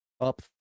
up